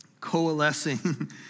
coalescing